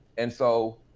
and so,